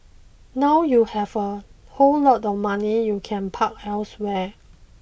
now you have a whole lot of money you can park elsewhere